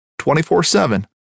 24-7